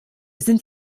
sind